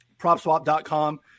PropSwap.com